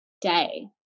day